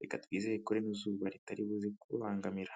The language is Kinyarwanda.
reka twizere ko rino zuba ritari buze kukubangamira.